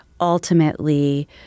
ultimately